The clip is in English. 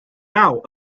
out